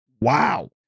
Wow